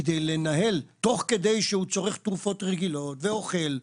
כדי לנהל תוך כדי שהוא צורך תרופות רגילות ואוכל,